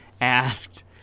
asked